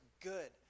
good